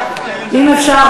אם אפשר,